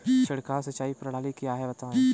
छिड़काव सिंचाई प्रणाली क्या है बताएँ?